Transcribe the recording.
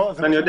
ואני יודע